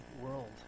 world